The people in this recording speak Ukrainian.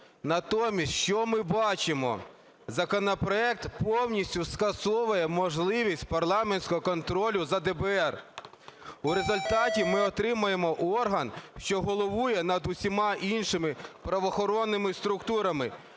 Натомість, що ми бачимо, законопроект повністю скасовує можливість парламентського контролю за ДБР. У результаті ми отримаємо орган, що головує над усіма іншими правоохоронними структурами.